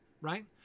Right